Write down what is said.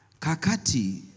Kakati